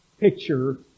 picture